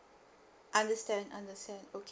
understand understand okay